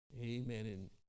Amen